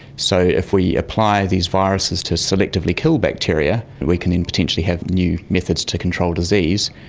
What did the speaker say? so if we apply these viruses to selectively kill bacteria, we can then potentially have new methods to control disease.